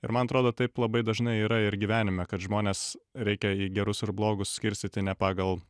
ir man atrodo taip labai dažnai yra ir gyvenime kad žmonės reikia į gerus ir blogus skirstyti ne pagal